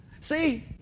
See